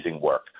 work